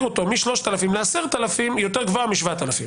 אותו מ-3,000 ל-10,000 היא יותר גבוהה מ-7,000,